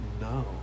No